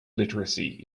literacy